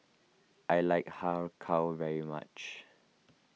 I like Har Kow very much